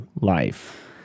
life